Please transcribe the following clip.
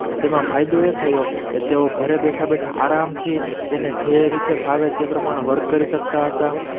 અને તેમાં ફાયદો એ થયો કે તેઓ ઘરે બેઠા બેઠા આરામથી તેને જે રીતે ફાવે તે પ્રમાણે વર્ક કરી શકતા હતા